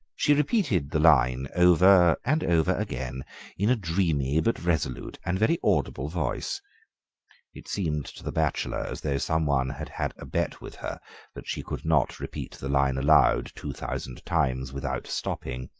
she repeated the line over and over again in a dreamy but resolute and very audible voice it seemed to the bachelor as though some one had had a bet with her that she could not repeat the line aloud two thousand times without stopping.